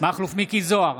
מכלוף מיקי זוהר,